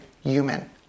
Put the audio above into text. human